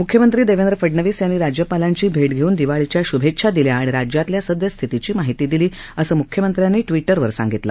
म्ख्यमंत्री देवेंद्र फडणवीस यांनी राज्यपालांची भेट घेऊन दिवाळीच्या श्भेछा दिल्या आणि राज्यातल्या सदय स्थितीची माहिती दिली असं मुख्यमंत्र्यांनी टविटरवर सांगितलं